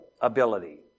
ability